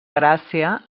gràcia